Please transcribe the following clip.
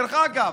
דרך אגב,